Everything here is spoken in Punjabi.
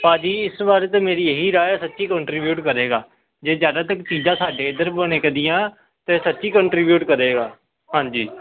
ਭਾਅ ਜੀ ਇਸ ਬਾਰੇ ਤਾਂ ਮੇਰੀ ਇਹੀ ਰਾਏ ਸੱਚੀ ਕੋਂਟਰੀਬਿਊਟ ਕਰੇਗਾ ਜੇ ਜ਼ਿਆਦਾਤਰ ਚੀਜ਼ਾਂ ਸਾਡੇ ਇੱਧਰ ਬਣੇ ਕਦੀਆਂ ਤਾਂ ਸੱਚੀ ਕੋਂਟਰੀਬਿਊਟ ਕਰੇਗਾ ਹਾਂਜੀ